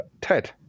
Ted